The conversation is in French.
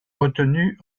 retenus